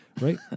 right